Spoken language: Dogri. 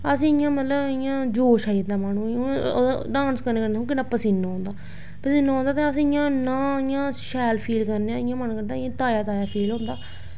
अस इ'यां मतलब इ'यां जोश आई जंदा माहनू गी डांस करने कन्नै दिक्खो किन्ना पसीना आई जंदा ते ना अस इ'यां शैल फील करने इ'यां मन करदा ताज़ा ताज़ा फील होंदा